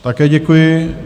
Také děkuji.